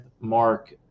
Mark